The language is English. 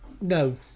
No